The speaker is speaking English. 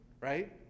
right